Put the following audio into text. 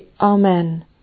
Amen